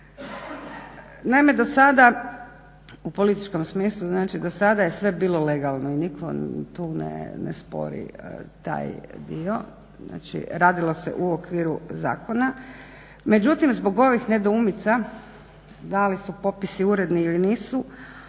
Naime do sada u političkom smislu znači do sada je sve bilo legalno i nitko tu ne spori taj dio znači radilo se u okviru zakona međutim zbog ovih nedoumica da li su popisi uredni ili nisu,